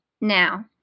Now